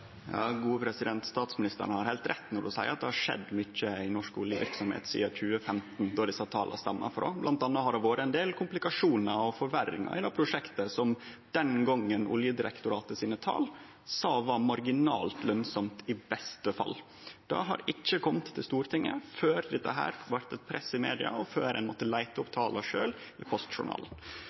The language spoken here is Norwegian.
Statsministeren har heilt rett når ho seier at det har skjedd mykje i norsk oljeverksemd sidan 2015, som desse tala stammar frå. Blant anna har det vore ein del komplikasjonar og forverringar i det prosjektet som Oljedirektoratet sine tal den gongen sa var marginalt lønsamt – i beste fall. Det har ikkje kome til Stortinget før dette blei eit press i media, og før ein måtte leite opp tala sjølv, i